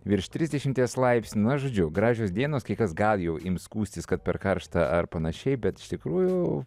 virš trisdešimties laipsnių na žodžiu gražios dienos kai kas gal jau ims skųstis kad per karšta ar panašiai bet iš tikrųjų